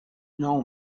know